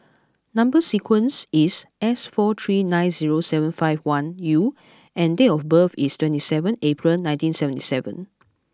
number sequence is S four three nine zero seven five one U and date of birth is twenty seven April nineteen seventy seven